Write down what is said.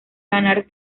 ganar